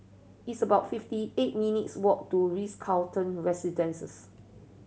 it's about fifty eight minutes' walk to Ritz Carlton Residences